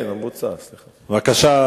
כן, הבוצה, סליחה.